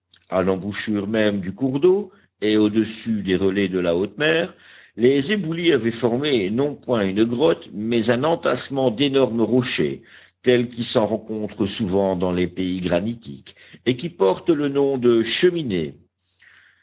à l'embouchure même du cours d'eau et au-dessus des relais de la haute mer les éboulis avaient formé non point une grotte mais un entassement d'énormes rochers tels qu'il s'en rencontre souvent dans les pays granitiques et qui portent le nom de cheminées